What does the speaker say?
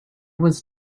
was